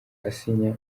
asinya